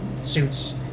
suits